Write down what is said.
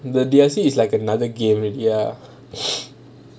the D_S_C is like another game already ah